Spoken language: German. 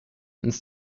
ins